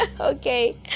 okay